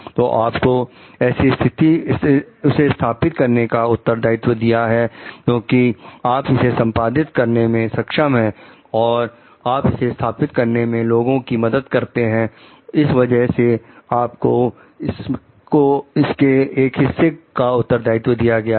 तो आपको उसे स्थापित करने का उत्तरदायित्व दिया गया है क्योंकि आप इसे संपादित करने में सक्षम हैंऔर और आप इसे स्थापित करने में लोगों की मदद करते हैं इस वजह से आपको इसके एक हिस्से का उत्तरदायित्व दिया गया है